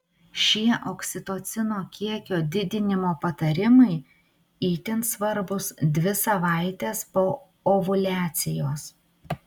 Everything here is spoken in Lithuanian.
šie oksitocino kiekio didinimo patarimai itin svarbūs dvi savaites po ovuliacijos